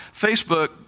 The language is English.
Facebook